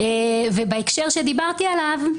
בהקשר שדיברתי עליו,